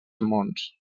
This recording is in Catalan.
mons